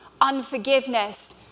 unforgiveness